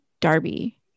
Darby